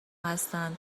هستند